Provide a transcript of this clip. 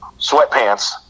sweatpants